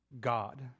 God